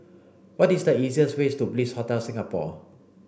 what is the easiest ways to Bliss Hotel Singapore